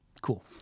Cool